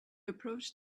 approached